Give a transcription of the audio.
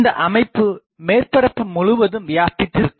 இந்த அமைப்பு மேற்பரப்பு முழுவதும் வியாபித்திருக்கும்